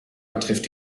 betrifft